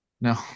No